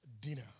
dinner